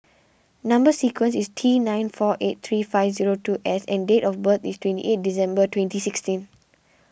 Number Sequence is T nine four eight three five zero two S and date of birth is twenty eight December twenty sixteen